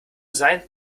sein